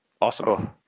awesome